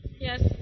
Yes